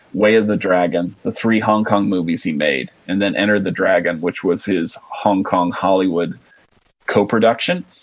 way of the dragon, the three hong kong movies he made and then enter the dragon, which was his hong kong hollywood co-production,